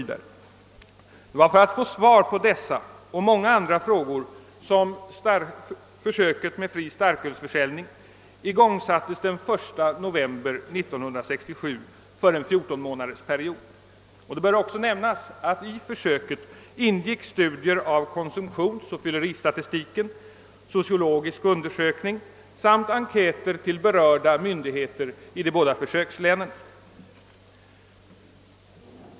Det var för att få svar på dessa och många andra frågor som försöket med fri starkölsförsäljning igångsattes den 1 november 1967 för en fjortonmånadersperiod. Det bör också nämnas att i försöket ingick studier av konsumtion och fylleristatistik, sociologisk undersökning samt enkäter till berörda myndigheter i de båda försökslänen.